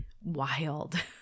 wild